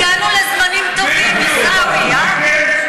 הגענו לזמנים טובים, עיסאווי.